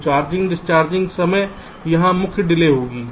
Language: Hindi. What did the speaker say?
तो चार्जिंग डिस्चार्जिंग समय यहाँ मुख्य डिले होगी